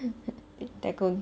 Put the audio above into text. they gone